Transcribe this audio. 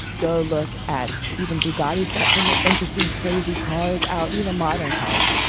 go look at even boogaard he's got some interesting, crazy cars out. these are modern cars,